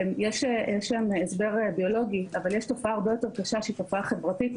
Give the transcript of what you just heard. יש להן הסבר ביולוגי אבל יש תופעה הרבה יותר קשה שהיא תופעה חברתית.